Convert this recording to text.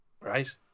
right